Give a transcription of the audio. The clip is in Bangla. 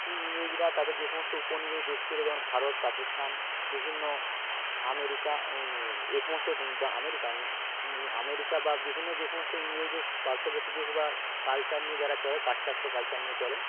ইংরেজরা তাদের যে সমস্ত উপনিবেশ দেশ ছেড়ে যখন ভারত পাকিস্থান বিভিন্ন আমেরিকা এই সমস্ত বা আমেরিকান আমেরিকা বা বিভিন্ন যে সমস্ত ইংরেজদের পার্শ্ববর্তী দেশ বা কালচার নিয়ে যারা চলে পাশ্চাত্য কালচার নিয়ে চলেন